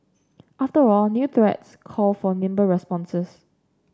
after all new threats call for nimble responses